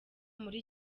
muri